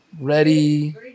ready